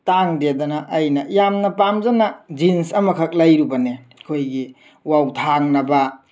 ꯇꯥꯡꯗꯦꯗꯅ ꯑꯩꯅ ꯌꯥꯝꯅ ꯄꯥꯝꯖꯅ ꯖꯤꯟꯁ ꯑꯃꯈꯛ ꯂꯩꯔꯨꯕꯅꯦ ꯑꯩꯈꯣꯏꯒꯤ ꯋꯥꯎꯊꯥꯡꯅꯕ